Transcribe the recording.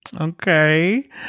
okay